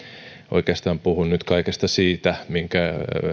oikeastaan puhun nyt kaikesta siitä minkä